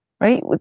right